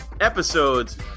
episodes